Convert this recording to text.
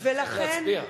אז צריך להצביע,